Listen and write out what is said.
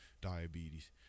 diabetes